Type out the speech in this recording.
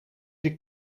die